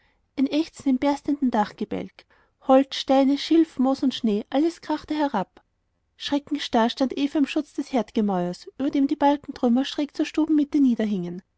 ächzen im berstenden dachgebälk holz steine schilf moos und schnee alles krachte herab schreckensstarr stand eva im schutz des herdgemäuers über dem die balkentrümmer schräg zur stubenmitte